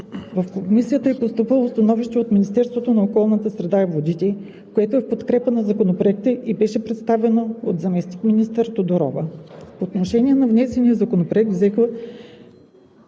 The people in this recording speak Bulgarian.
В Комисията е постъпило становище от Министерство на околната среда и водите, което е в подкрепа на Законопроекта и беше представено от заместник-министър Тодорова. Отношение по внесения законопроект взеха